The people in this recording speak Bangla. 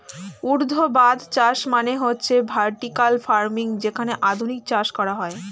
ঊর্ধ্বাধ চাষ মানে হচ্ছে ভার্টিকাল ফার্মিং যেখানে আধুনিক চাষ করা হয়